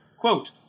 quote